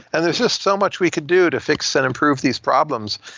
and there's just so much we could do to fix and improve these problems.